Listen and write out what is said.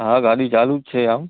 હા ગાડી ચાલું જ છે આમ